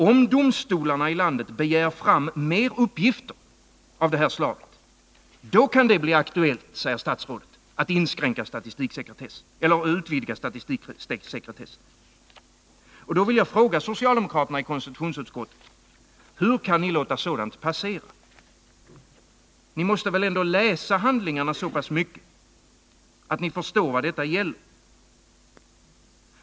Om domstolarna i landet begär fram mer uppgifter av det här slaget, då kan det bli aktuellt, säger nämligen statsrådet, att utvidga statistiksekretessen. Mot denna bakgrund vill jag fråga socialdemokraterna i utskottet: Hur kan ni låta sådant passera? Ni måste väl ändå läsa handlingarna så pass mycket att ni förstår vad det gäller.